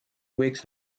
wakes